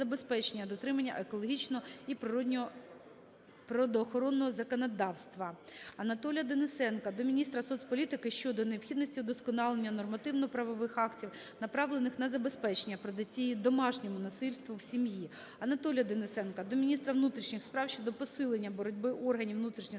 дотримання екологічного і природоохоронного законодавства. Анатолія Денисенка до міністра соцполітики щодо необхідності удосконалення нормативно-правових актів направлених на забезпечення протидії домашньому насиллю у сім'ї. Анатолія Денисенка до міністра внутрішніх справ щодо посилення боротьби органів внутрішніх